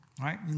right